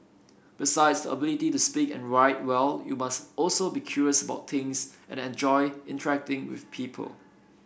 besides the ability to speak and write well you must also be curious about things and enjoy interacting with people